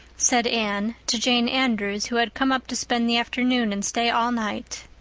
said anne to jane andrews, who had come up to spend the afternoon and stay all night.